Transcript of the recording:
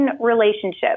relationship